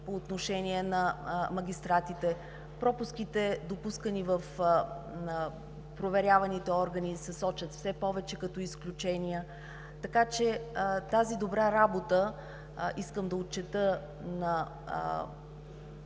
по отношение на магистратите; пропуските, допускани в проверяваните органи, се сочат все повече като изключения. Така че тази добра работа, искам да отчета, на